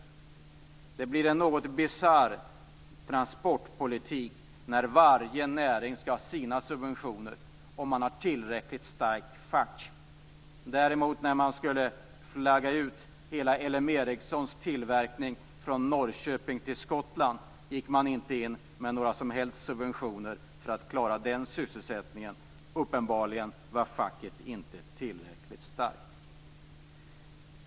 Det blir en något bisarr transportpolitik när varje näring skall ha sina subventioner om man har tillräckligt starkt fack. När man däremot skulle flagga ut hela Ericssons tillverkning från Norrköping till Skottland gick man inte in med några om helst subventioner för att klara den sysselsättningen. Uppenbarligen var facket inte tillräckligt starkt.